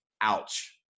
ouch